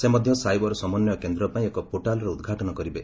ସେ ମଧ୍ୟ ସାଇବର ସମନ୍ୱୟ କେନ୍ଦ୍ର ପାଇଁ ଏକ ପୋର୍ଟାଲ୍ର ଉଦ୍ଘାଟନ କରିବେ